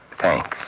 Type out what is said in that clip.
thanks